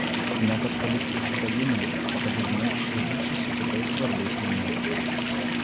ne kad palikčiau šitą giminę o kad užmegzčiau ryšį su kitais svarbiais namais